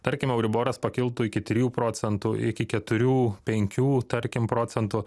tarkim euriboras pakiltų iki trijų procentų iki keturių penkių tarkim procentų